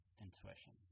intuition